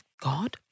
God